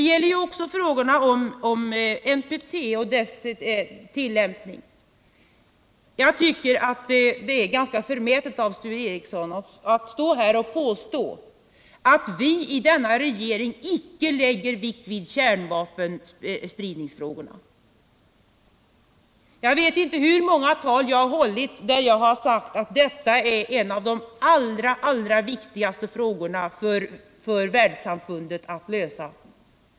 När det gäller NPT och dess tillämpning tycker jag det är ganska förmätet av Sture Ericson att påstå att vi i denna regering icke lägger vikt vid frågan om kärnvapenspridning. Jag vet inte hur många tal jag har hållit där jag har sagt att detta är en av de allra viktigaste frågorna för världssamfundet att lösa.